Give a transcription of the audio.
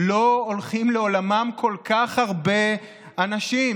לא הולכים לעולמם כל כך הרבה אנשים.